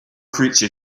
creature